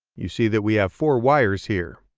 you see that we have four wires here,